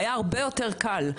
היה הרבה יותר קל.